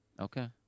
Okay